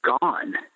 gone